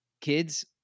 kids